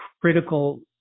critical